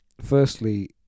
firstly